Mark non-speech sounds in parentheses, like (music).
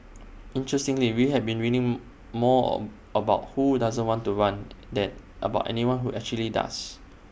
interestingly we have been reading more of about who doesn't want to run (noise) than about anyone who actually does